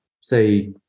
say